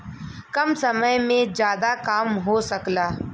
कम समय में जादा काम हो सकला